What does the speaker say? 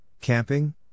camping